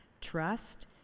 Trust